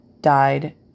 died